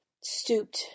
stooped